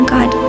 God